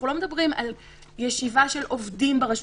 אנחנו לא מדברים על ישיבה של עובדים ברשות